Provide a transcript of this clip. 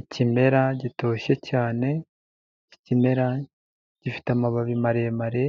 Ikimera gitoshye cyane, iki kimera gifite amababi maremare,